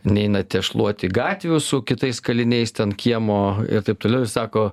neinate šluoti gatvių su kitais kaliniais ten kiemo ir taip toliau jis sako